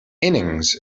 innings